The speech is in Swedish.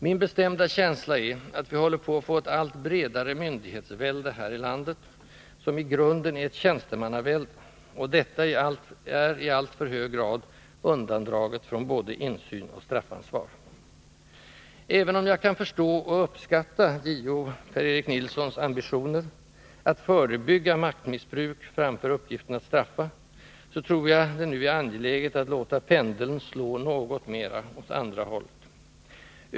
Min bestämda känsla är att vi håller på att få ett allt bredare myndighetsvälde här i landet som i grunden är ett tjänstemannavälde, och detta är i alltför hög grad undandraget både insyn och straffansvar. Även om jag kan förstå och uppskatta JO Per-Erik Nilssons ambitioner att förebygga maktmissbruk framför uppgiften att straffa, så tror jag att det nu är angeläget att låta pendeln slå något mera åt andra hållet.